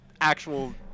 actual